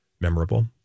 memorable